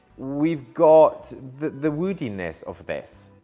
we've got the woodiness of this.